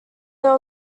there